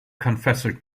confessor